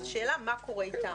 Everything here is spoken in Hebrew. אז השאלה מה קורה איתם,